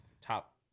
top